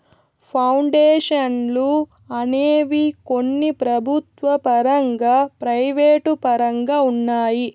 పౌండేషన్లు అనేవి కొన్ని ప్రభుత్వ పరంగా ప్రైవేటు పరంగా ఉన్నాయి